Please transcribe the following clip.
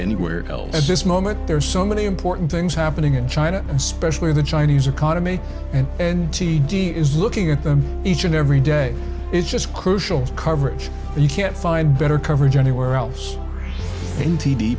anywhere else at this moment there are so many important things happening in china especially the chinese economy and and t d is looking at them each and every day is just crucial coverage and you can't find better coverage anywhere else